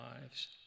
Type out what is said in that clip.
lives